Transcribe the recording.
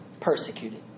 persecuted